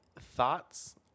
thoughts